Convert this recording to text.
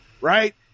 right